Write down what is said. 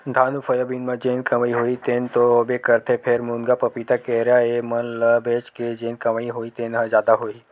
धान अउ सोयाबीन म जेन कमई होही तेन तो होबे करथे फेर, मुनगा, पपीता, केरा ए मन ल बेच के जेन कमई होही तेन ह जादा होही